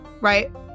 Right